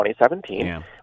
2017